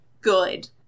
good